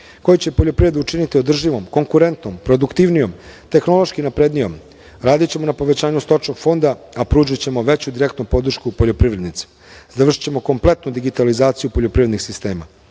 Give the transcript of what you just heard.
koje će poljoprivredu učiniti održivom, konkurentnom, produktivnijom, tehnološki naprednijom, radićemo na povećanju stočnog fonda, a pružićemo veću direktnu podršku poljoprivrednicima. Završićemo kompletnu digitalizaciju poljoprivrednih sistema.